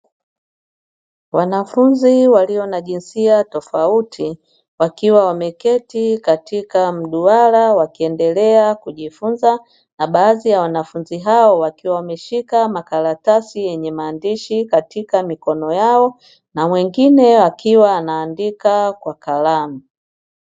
Wanafunzi walio na jinsia tofauti wakiwa wameketi katika mduara wakiendelea kujifunza, na baadhi ya wanafunzi hao wakiwa wameshika makaratasi yenye maandishi katika mikono yao, na mwingine akiwa anaandika kwa kalamu.